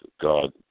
God